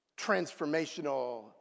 transformational